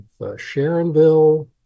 Sharonville